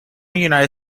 united